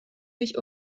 mich